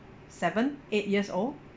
seven eight years old